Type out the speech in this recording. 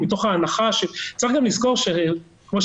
אולי